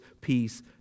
peace